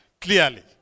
clearly